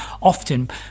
often